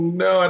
no